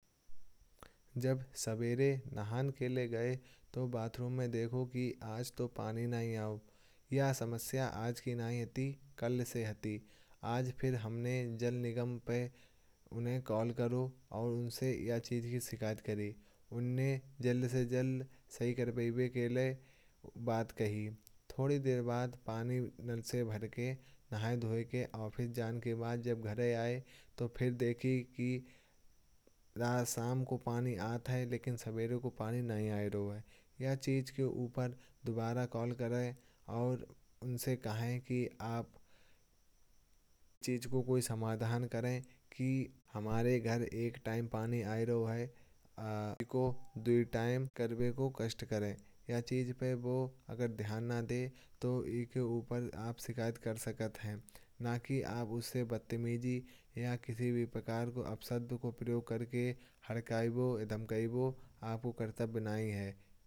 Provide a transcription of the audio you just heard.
जब सवेरे नहाने के लिए गए तो बाथरूम में देखा कि आज तो पानी नहीं आ रहा। ये समस्या आज की नहीं है कल से हट्टी आज फिर हमने जल निगम पे। उन्हें कॉल किया और उनसे इस चीज़ की शिकायत की। उन्हें जल्द से जल्द सही करने की बात कही। थोड़ी देर बाद पानी नल से भर के नहाने धोने के बाद। जब घर आए तो फिर देखा कि शाम को पानी आता है लेकिन सवेरे को पानी नहीं आता। तो इस चीज़ के ऊपर दोबारा कॉल करें और उनसे कहें। कि आप इस चीज़ का कोई समाधान करें। कि हमारे घर एक टाइम पानी आ रहा है। तो दो टाइम करने का कष्ट करें। अगर वो इस पर ध्यान नहीं देते तो आप इसके ऊपर शिकायत कर सकते हैं। न कि आप उन्हें बदतमीजी से बात करें। ये किसी भी प्रकार के अपशब्द का प्रयोग करके हरकैबा या धमकीबा आपका कर्तव्य नहीं है।